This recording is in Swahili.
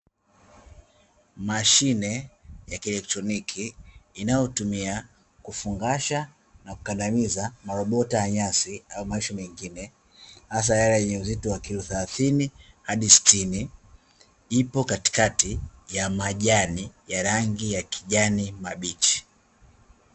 Mashine ya kieletroniki, inayotumia kufungasha na kukandamiza marobota ya nyasi au mengine, hasa yale yenye uzito wa kilo thelathini hadi sitini. Ipo katikati ya majani ya rangi ya kijani mabichi.